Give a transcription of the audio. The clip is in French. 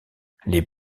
les